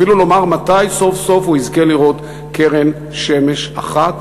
אפילו לומר מתי סוף-סוף הוא יזכה לראות קרן שמש אחת